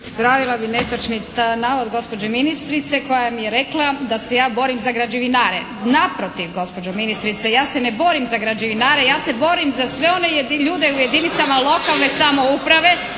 Ispravila bi netočni navod gospođe ministrice koja mi je rekla da se ja borim za građevinare. Naprotiv gospođo ministrice, ja se ne borim za građevinare. Ja se borim za sve one ljude u jedinicama lokalne samouprave,